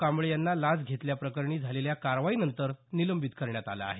कांबळे यांना लाच घेतल्या प्रकरणी झालेल्या कारवाईनंतर निलंबित करण्यात आलं आहे